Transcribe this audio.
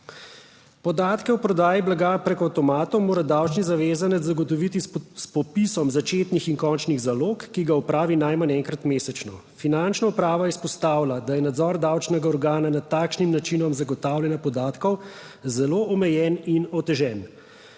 Podatke o prodaji blaga preko avtomatov mora davčni zavezanec zagotoviti s popisom začetnih in končnih zalog, ki ga opravi najmanj enkrat mesečno. Finančna uprava izpostavlja, da je nadzor davčnega organa nad takšnim načinom zagotavljanja podatkov zelo omejen in otežen.